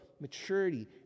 maturity